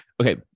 okay